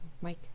Mike